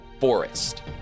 forest